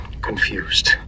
Confused